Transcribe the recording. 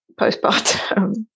postpartum